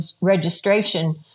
registration